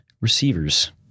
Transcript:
receivers